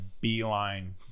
beeline